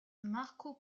marco